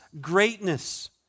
greatness